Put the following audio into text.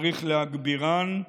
צריך להגבירן,